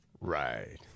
Right